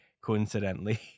coincidentally